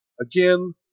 Again